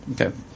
Okay